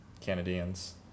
Canadians